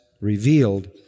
revealed